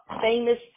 famous